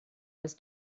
was